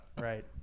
Right